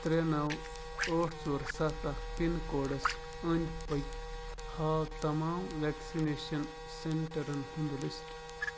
ترٛےٚ نَو ٲٹھ ژور سَتھ اَکھ پِن کوڈَس أنٛدۍ پٔکۍ ہاو تمام وٮ۪کسِنیشَن سٮ۪نٛٹَرَن ہُنٛد لِسٹ